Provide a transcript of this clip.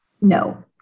no